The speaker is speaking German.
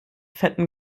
fetten